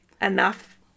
enough